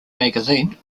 magazine